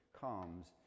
comes